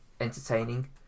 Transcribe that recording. entertaining